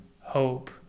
hope